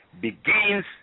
begins